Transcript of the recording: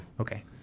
okay